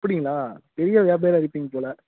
அப்படிங்களா பெரிய வியாபாரியாக இருப்பீங்க போல்